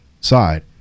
side